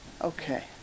Okay